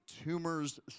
tumors